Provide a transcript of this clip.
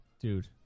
Dude